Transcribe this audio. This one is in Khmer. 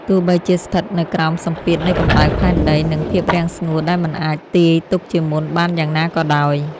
ទោះបីជាស្ថិតនៅក្រោមសម្ពាធនៃកម្ដៅផែនដី និងភាពរាំងស្ងួតដែលមិនអាចទាយទុកជាមុនបានយ៉ាងណាក៏ដោយ។